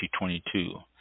2022